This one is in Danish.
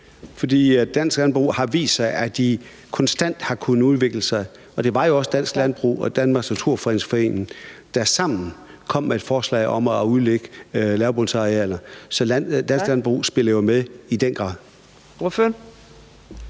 dansk landbrug har vist, at de konstant har kunnet udvikle sig, og det var jo også dansk landbrug og Danmarks Naturfredningsforening, der sammen kom med et forslag om at udlægge lavbundsarealer. Så dansk landbrug spiller jo i den grad